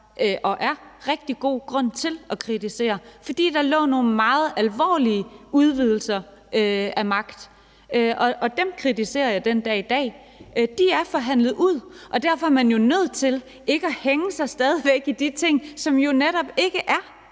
og er rigtig god grund til at kritisere det. For der lå nogle meget alvorlige udvidelser af magtanvendelsen, og dem kritiserer jeg den dag i dag. De er blevet forhandlet ud, og derfor er man jo stadig væk nødt til ikke at hænge sig i de ting, som netop ikke er